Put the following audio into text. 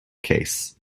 case